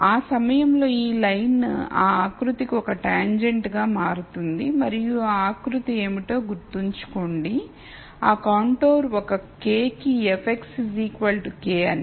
ఆ సమయంలో ఈ లైన్ ఆ ఆకృతికి ఒక టాంజెంట్గా మారుతుంది మరియు ఆ ఆకృతి ఏమిటో గుర్తుంచుకోండి ఆ కాంటౌర్ ఒక k కి f k అని